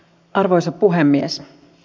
arvoisa puhemies